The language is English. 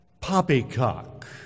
poppycock